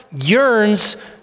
yearns